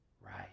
right